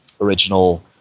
original